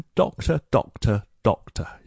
doctor，doctor，doctor